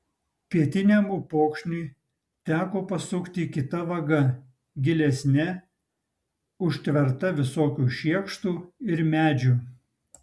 pietiniam upokšniui teko pasukti kita vaga gilesne užtverta visokių šiekštų ir medžių